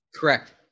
Correct